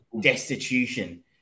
destitution